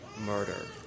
murder